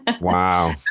wow